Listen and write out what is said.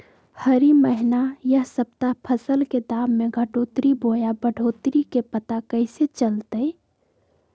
हरी महीना यह सप्ताह फसल के दाम में घटोतरी बोया बढ़ोतरी के पता कैसे चलतय?